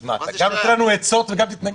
אז מה, גם תיתן לנו עצות וגם תתנגד?